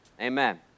Amen